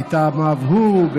מטעמיו הוא,